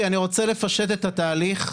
אני רוצה לפשט את התהליך.